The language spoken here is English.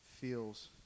feels